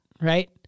right